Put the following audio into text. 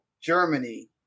Germany